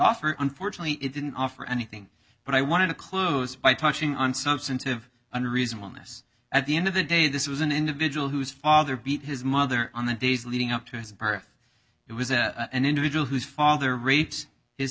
offer unfortunately it didn't offer anything but i wanted to close by touching on substantive unreasonableness at the end of the day this was an individual whose father beat his mother on the days leading up to his birth it was a an individual whose father rates his